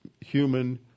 human